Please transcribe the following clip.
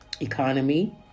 economy